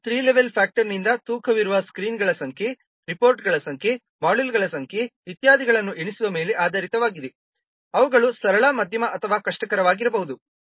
ಇದು three level ಫ್ಯಾಕ್ಟರ್ನಿಂದ ತೂಕವಿರುವ ಸ್ಕ್ರೀನ್ಗಳ ಸಂಖ್ಯೆ ರಿಪೋರ್ಟ್ಗಳ ಸಂಖ್ಯೆ ಮಾಡ್ಯೂಲ್ಗಳ ಸಂಖ್ಯೆ ಇತ್ಯಾದಿಗಳನ್ನು ಎಣಿಸುವ ಮೇಲೆ ಆಧಾರಿತವಾಗಿದೆ ಅವುಗಳು ಸರಳ ಮಧ್ಯಮ ಅಥವಾ ಕಷ್ಟಕರವಾಗಿರಬಹುದು